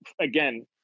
again